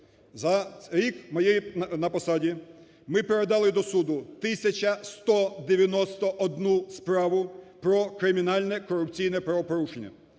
За рік на посаді ми передали до суду 1 тисячу 191 справу про кримінальне корупційне правопорушення.